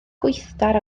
gweithgar